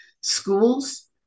schools